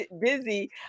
busy